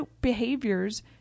behaviors